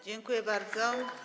Dziękuję bardzo.